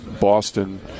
Boston